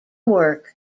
work